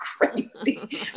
crazy